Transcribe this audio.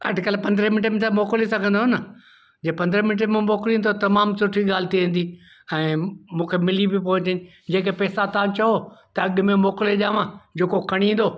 अटिकलु पंद्रहें मिंट में त मोकिले सघंदो न जे पंद्रहें मिंट में मोकिलिंदो तमामु सुठी ॻाल्हि थी वेंदी ऐं मूंखे मिली बि पवंदी जेके पैसा तव्हां चओ त अॻिमें मोकिले ॾेयाव जेको खणी ईंदो